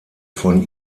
von